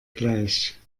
gleich